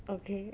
okay